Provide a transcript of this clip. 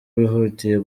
bihutiye